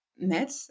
met